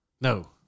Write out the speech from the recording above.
No